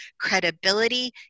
credibility